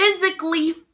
physically